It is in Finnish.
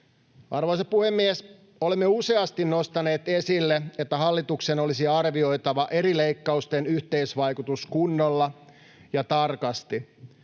Arvoisa puhemies! Olemme useasti nostaneet esille, että hallituksen olisi arvioitava eri leikkausten yhteisvaikutus kunnolla ja tarkasti.